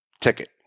ticket